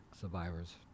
survivors